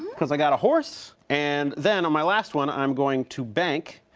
cause i got a horse. and then on my last one, i'm going to bank,